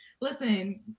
listen